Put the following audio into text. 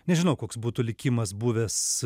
nežinau koks būtų likimas buvęs